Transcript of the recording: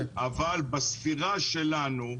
אבל בספירה שלנו,